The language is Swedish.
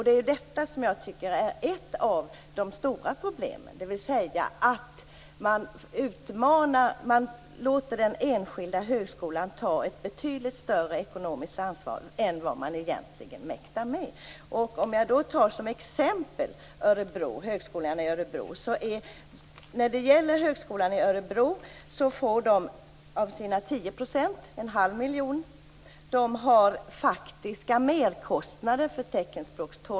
Det är detta som är ett av de stora problemen, dvs. att man låter den enskilda högskolan ta ett betydligt större ekonomiskt ansvar än vad den egentligen mäktar med. Om jag då tar Högskolan i Örebro som exempel, får de 1⁄2 miljon kronor av sina 10 %.